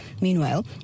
Meanwhile